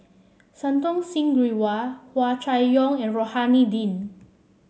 Santokh Singh Grewal Hua Chai Yong and Rohani Din